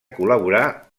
col·laborà